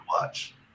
watch